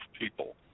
people